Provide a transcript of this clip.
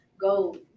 go